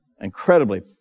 incredibly